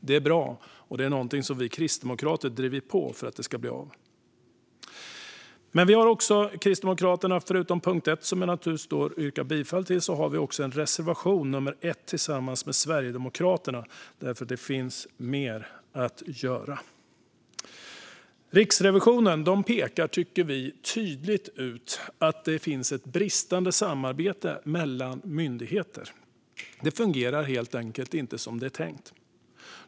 Det är bra, och det är något som vi kristdemokrater har drivit på för att det ska bli av. Förutom punkt 1, som jag naturligtvis yrkar bifall till, har Kristdemokraterna också en reservation - reservation 1 - tillsammans med Sverigedemokraterna. Det finns nämligen mer att göra. Riksrevisionen pekar tydligt, tycker vi, på ett bristande samarbete mellan myndigheter. Det fungerar inte som det är tänkt.